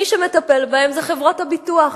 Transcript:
מי שמטפל בהם זה חברות הביטוח.